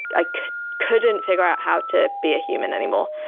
like couldn't figure out how to be a human anymore.